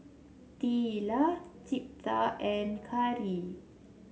Teela Jeptha and Carey